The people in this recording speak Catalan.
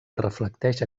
reflecteix